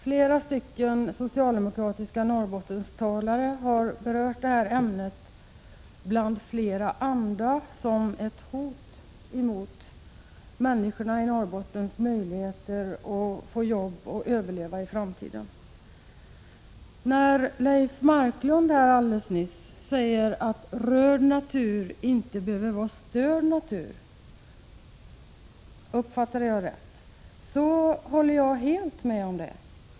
Flera socialdemokratiska Norrbottenstalare har berört det här ämnet bland flera andra som ett hot mot människornas i Norrbotten möjligheter att få jobb och överleva i framtiden. Leif Marklund sade alldeles nyss att rörd natur inte behöver vara störd natur — uppfattade jag rätt? Det håller jag helt med om.